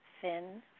fin